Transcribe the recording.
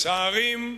מצערים,